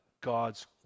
God's